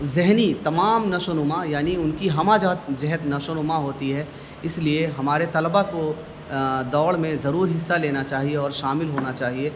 ذہنی تمام نش و نما یعنی ان کی ہمہ جہت جہت نش و نما ہوتی ہے اس لیے ہمارے طلباء کو دوڑ میں ضرور حصہ لینا چاہیے اور شامل ہونا چاہیے